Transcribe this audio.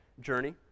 journey